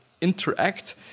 interact